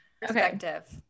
Perspective